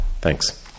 Thanks